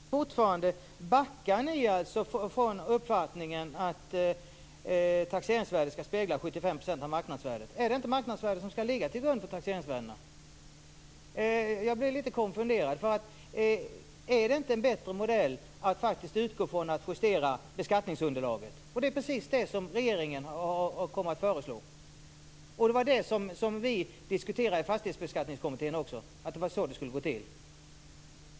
Fru talman! Fortfarande: Backar ni från uppfattningen att taxeringsvärdet ska spegla 75 % av marknadsvärdet? Är det inte marknadsvärdet som ska ligga till grund för taxeringsvärdet? Jag blir lite konfunderad. Är det inte en bättre modell att utgå från att justera beskattningsunderlaget? Det är precis det som regeringen kommer att föreslå, och det var det som vi diskuterade i Fastighetsbeskattningskommittén. Det var så det skulle gå till.